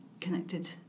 connected